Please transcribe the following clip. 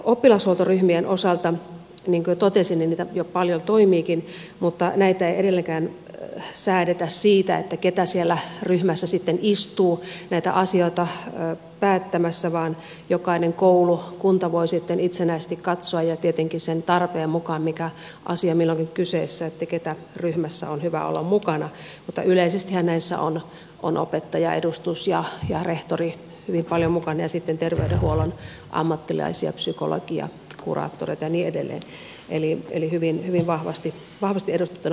oppilashuoltoryhmiä niin kuin jo totesin jo paljon toimiikin mutta näiden kohdalla ei edelleenkään säädetä siitä ketä siellä ryhmässä sitten istuu näitä asioita päättämässä vaan jokainen koulu ja kunta voi sitten itsenäisesti katsoa ja tietenkin sen tarpeen mukaan mikä asia milloinkin on kyseessä ketä ryhmässä on hyvä olla mukana mutta yleisestihän näissä on opettajaedustus ja rehtori hyvin paljon mukana ja sitten terveydenhuollon ammattilaisia psykologeja kuraattoreita ja niin edelleen eli hyvin vahvasti edustettuna moniammatillisuus